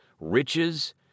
riches